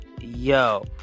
yo